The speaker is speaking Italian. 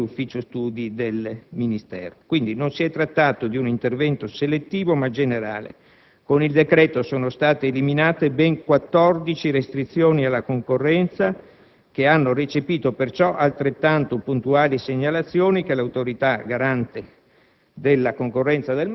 una sorta di ufficio studi del Ministero. Quindi, non si è trattato di un intervento selettivo, ma generale. Con il decreto-legge ora citato sono state eliminate ben quattordici restrizioni alla concorrenza, che hanno recepito altrettante puntuali segnalazioni che l'Autorità garante